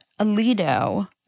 Alito